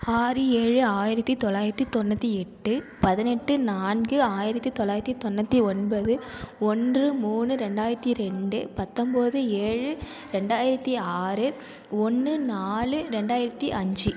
ஆறு ஏழு ஆயிரத்தி தொள்ளாயிரத்தி தொண்ணூற்றி எட்டு பதினெட்டு நான்கு ஆயிரத்தி தொள்ளாயிரத்தி தொண்ணூற்றி ஒன்பது ஒன்று மூணு ரெண்டாயிரத்தி ரெண்டு பத்தொன்போது ஏழு ரெண்டாயிரத்தி ஆறு ஒன்னு நாலு ரெண்டாயிரத்தி அஞ்சு